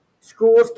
Schools